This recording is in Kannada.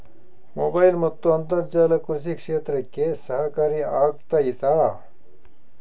ಮೊಬೈಲ್ ಮತ್ತು ಅಂತರ್ಜಾಲ ಕೃಷಿ ಕ್ಷೇತ್ರಕ್ಕೆ ಸಹಕಾರಿ ಆಗ್ತೈತಾ?